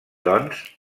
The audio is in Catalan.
doncs